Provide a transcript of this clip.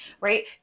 right